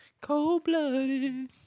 Cold-blooded